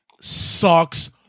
sucks